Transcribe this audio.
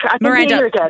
Miranda